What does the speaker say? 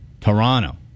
Toronto